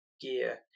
gear